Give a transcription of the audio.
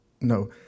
no